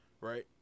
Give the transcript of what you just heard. right